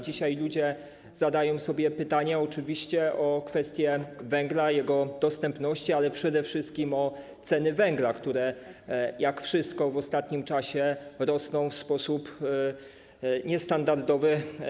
Dzisiaj ludzie zadają sobie pytanie oczywiście o kwestie dotyczące węgla, jego dostępności, ale przede wszystkim o ceny węgla, które, jak wszystko w ostatnim czasie, rosną w sposób niestandardowy.